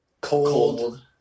Cold